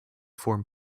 form